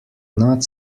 not